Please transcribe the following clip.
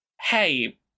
hey